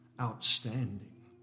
Outstanding